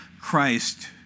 Christ